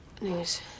news